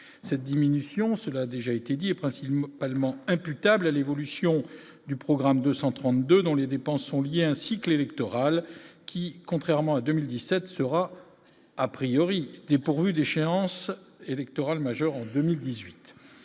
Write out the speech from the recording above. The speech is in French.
cette diminution, cela a déjà été dit et Prince il m'allemand imputables à l'évolution du programme 232 dans les dépenses sont liées à un cycle électoral qui, contrairement à 2017 sera a priori dépourvue d'échéances électorales majeures en 2018